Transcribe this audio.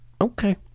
Okay